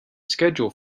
schedule